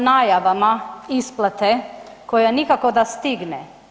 o najavama isplate koja nikako da stigne.